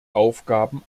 aufgaben